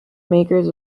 makers